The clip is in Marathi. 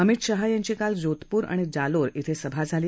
अमित शहा यांची काल जोधपुर आणि जालोर इथं सभा झाली